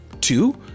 Two